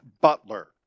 Butler